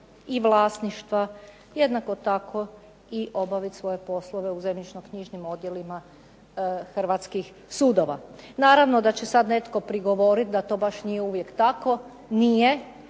i vlasništva, jednako tako obaviti svoje poslove u zemljišno-knjižnim odjelima hrvatskih sudova. Naravno da će sada netko prigovoriti da to baš nije uvijek tako. Nije.